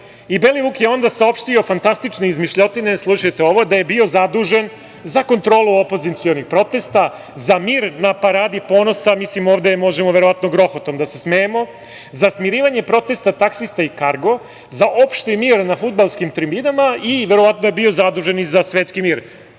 Belivuk je onda saopštio fantastične izmišljotine, slušajte ovo, da je bio zadužen za kontrolu opozicionih protesta, za mir na Paradi ponosa, mislim, ovde možemo verovatno grohotom da se smejemo, za smirivanje protesta taksista i Kargo, za opšti mir na fudbalskim tribinama, i verovatno je bio zadužen za svetski mir,